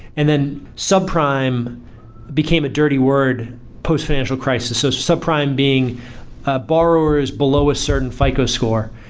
and then subprime became a dirty word post financial crisis. so subprime being ah borrowers below a certain fico score.